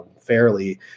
Fairly